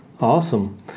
Awesome